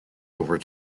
over